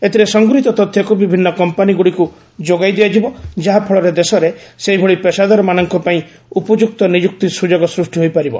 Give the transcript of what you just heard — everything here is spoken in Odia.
ଏଥିରେ ସଂଗୃହିତ ତଥ୍ୟକୁ ବିଭିନ୍ନ କମ୍ପାନୀଗୁଡ଼ିକୁ ଯୋଗାଇ ଦିଆଯିବ ଯାହାଫଳରେ ଦେଶରେ ସେହିଭଳି ପେସାଦାରମାନଙ୍କ ପାଇଁ ଉପଯୁକ୍ତ ନିଯୁକ୍ତି ସୁଯୋଗ ସୃଷ୍ଟି ହୋଇପାରିବ